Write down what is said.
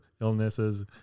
illnesses